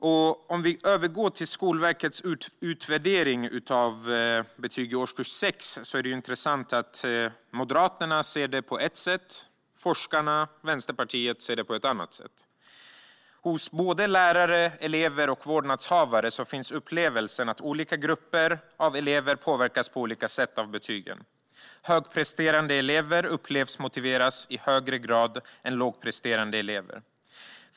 När det gäller Skolverkets utvärdering av betyg i årskurs 6 är det intressant att Moderaterna ser på det på ett sätt medan forskarna och Vänsterpartiet ser på det på ett annat sätt. Såväl lärare som elever och vårdnadshavare upplever att olika grupper av elever påverkas av betyg på olika sätt. Högpresterande elever motiveras i högre grad än lågpresterande elever.